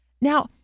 Now